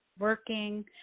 working